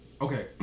Okay